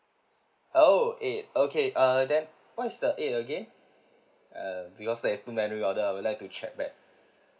oh eight okay uh then what is the eighth again uh because there's too many order I would like to check back